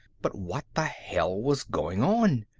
but what the hell was going on?